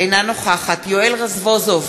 אינה נוכחת יואל רזבוזוב,